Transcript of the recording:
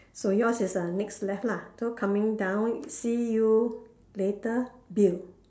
so yours is err next left lah so coming down see you later bill